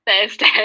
Thursday